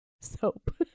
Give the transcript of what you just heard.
soap